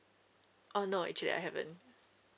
uh no actually I haven't